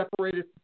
separated